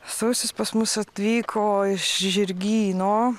sausis pas mus atvyko iš žirgyno